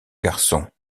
garçon